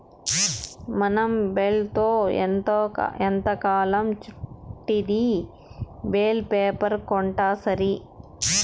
మనం బేల్తో ఎంతకాలం చుట్టిద్ది బేలే రేపర్ కొంటాసరి